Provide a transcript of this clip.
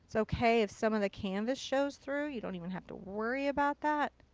so okay if some of the canvas shows through. you don't even have to worry about that.